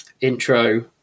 intro